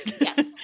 yes